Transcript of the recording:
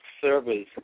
servers